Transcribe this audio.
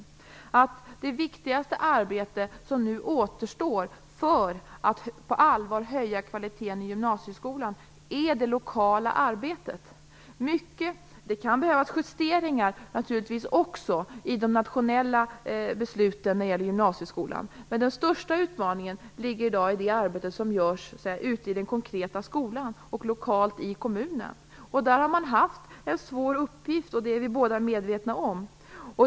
Han vet lika väl som jag att det viktigaste arbete som nu återstår för att på allvar höja kvaliteten i gymnasieskolan är det lokala arbetet. Det kan naturligtvis också behövas justeringar i de nationella besluten när det gäller gymnasieskolan, men den största utmaningen ligger i dag i det arbete som utförs ute i den konkreta skolan och lokalt i kommunen. Där har man haft en svår uppgift, vilket vi båda är medvetna om.